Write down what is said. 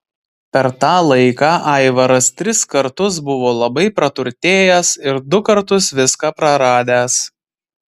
per tą laiką aivaras tris kartus buvo labai praturtėjęs ir du kartus viską praradęs